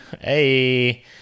hey